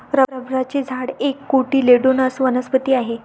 रबराचे झाड एक कोटिलेडोनस वनस्पती आहे